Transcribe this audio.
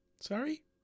sorry